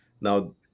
Now